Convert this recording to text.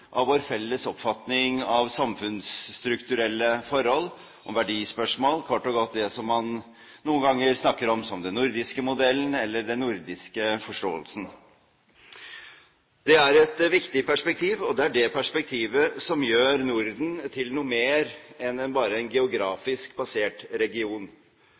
av vår felles oppfatning av samfunnsstrukturelle forhold, av verdispørsmål – kort og godt det man noen ganger snakker om som den nordiske modellen eller den nordiske forståelsen. Dette er et viktig perspektiv og det perspektivet som gjør Norden til noe mer enn bare en geografisk basert region,